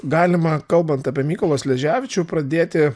galima kalbant apie mykolą sleževičių pradėti